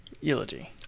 eulogy